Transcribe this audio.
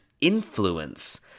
influence